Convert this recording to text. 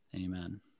Amen